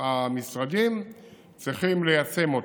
המשרדים צריכים ליישם אותם.